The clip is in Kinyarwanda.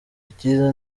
icyiza